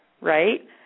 right